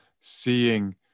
seeing